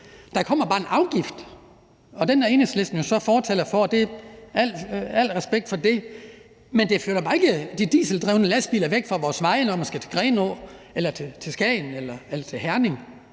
Der kommer bare en afgift, og den er Enhedslisten jo så fortaler for, og al respekt for det, men det flytter bare ikke de dieseldrevne lastbiler væk fra vores veje, når man skal til Grenaa, til Skagen eller til Herning.